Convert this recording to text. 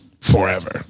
forever